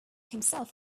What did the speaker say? himself